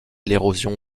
l’érosion